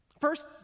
First